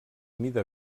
mida